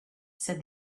said